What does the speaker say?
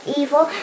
evil